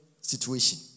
situation